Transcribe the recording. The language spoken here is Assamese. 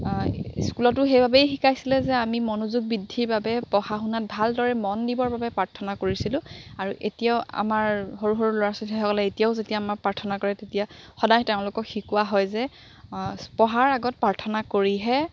স্কুলতো সেইবাবেই শিকাইছিলে যে আমি মনোযোগ বৃদ্ধিৰ বাবে পঢ়া শুনাত ভালদৰে মন দিবৰ বাবে প্ৰাৰ্থনা কৰিছিলোঁ আৰু এতিয়াও আমাৰ সৰু সৰু ল'ৰা ছোৱালীসকলে এতিয়াও যেতিয়া আমাৰ প্ৰাৰ্থনা কৰে তেতিয়া সদায় তেওঁলোকক শিকোৱা হয় যে পঢ়াৰ আগত প্ৰাৰ্থনা কৰিহে